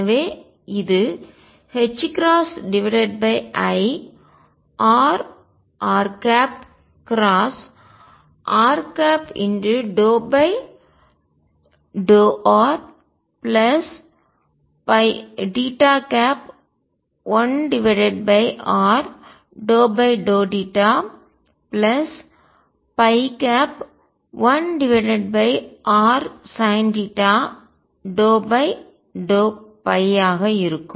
எனவே இது i rr×r∂r1r∂θ1rsinθ∂ϕ ஆக இருக்கும்